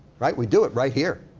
right? we do it right here.